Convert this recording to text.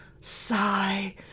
sigh